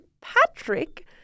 Patrick